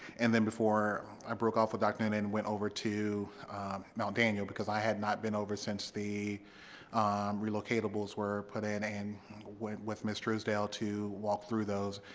and then before i broke off with dr. noonan, and went over to mount daniel, because i had not been over since the relocatables were put in and went with ms. trusdale to walk through those.